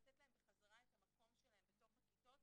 לתת להם בחזרה את המקום שלהם בתוך הכיתות.